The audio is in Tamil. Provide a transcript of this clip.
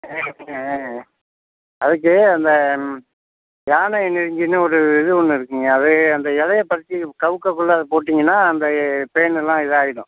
ஆ ஆ அதுக்கு அந்த யானை நெருஞ்சில்னு ஒரு இது ஒன்று இருக்குங்க அது அந்த இலைய பறித்து கவுக்கக் குள்ள அதை போட்டீங்கன்னா அந்த பேனெல்லாம் இதாயிடும்